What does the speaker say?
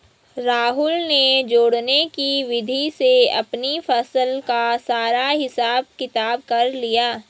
राहुल ने जोड़ने की विधि से अपनी फसल का सारा हिसाब किताब कर लिया